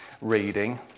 reading